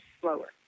slower